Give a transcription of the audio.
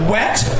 wet